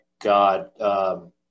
God